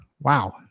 Wow